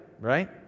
Right